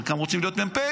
אבל חלקם רוצים להיות מ"פים,